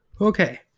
Okay